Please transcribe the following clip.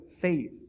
faith